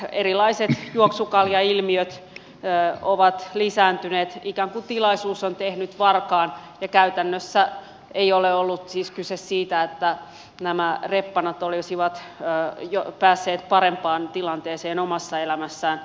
erilaiset juoksukaljailmiöt ovat lisääntyneet ikään kuin tilaisuus on tehnyt varkaan ja käytännössä ei ole ollut siis kyse siitä että nämä reppanat olisivat päässeet parempaan tilanteeseen omassa elämässään